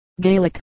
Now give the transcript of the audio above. Gaelic